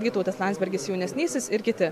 vytautas landsbergis jaunesnysis ir kiti